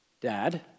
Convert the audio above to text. dad